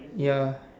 ya